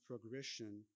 progression